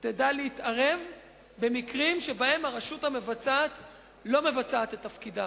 תדע להתערב במקרים שבהם הרשות המבצעת לא מבצעת את תפקידה,